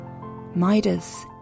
Midas